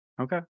Okay